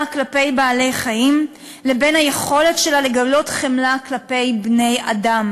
כלפי בעלי-חיים לבין היכולת שלה לגלות חמלה כלפי בני-אדם,